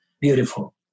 Beautiful